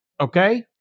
Okay